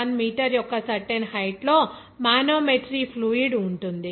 1 metre యొక్క certain height లో manometry fluid ఉంటుంది